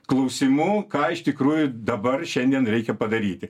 klausimų ką iš tikrųjų dabar šiandien reikia padaryti